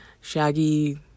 shaggy